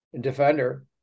defender